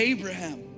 Abraham